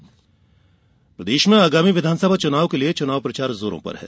चुनाव प्रचार प्रदेश में आगामी विधानसभा चुनाव के लिये चुनाव प्रचार जोरो पर है